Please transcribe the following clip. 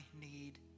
need